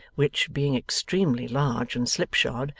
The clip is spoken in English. which, being extremely large and slipshod,